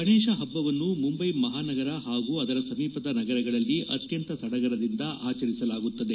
ಗಣೇಶ ಹಬ್ಬವನ್ನು ಮುಂಬೈ ಮಹಾನಗರ ಹಾಗೂ ಅದರ ಸಮೀಪದ ನಗರಗಳಲ್ಲಿ ಅತ್ಯಂತ ಸಡಗರದಿಂದ ಆಚರಿಸಲಾಗುತ್ತದೆ